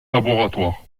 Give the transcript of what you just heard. laboratoire